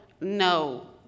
No